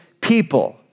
people